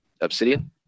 Obsidian